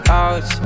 out